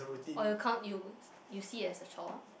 or you count you you see it as a chore